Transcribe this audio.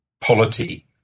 polity